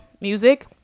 Music